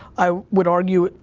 i would argue,